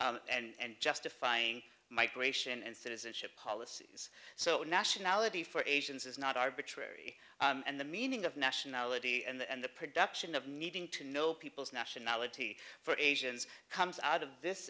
and justifying migration and citizenship policies so nationality for asians is not arbitrary and the meaning of nationality and the production of needing to know people's nationality for asians comes out of this